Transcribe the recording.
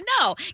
No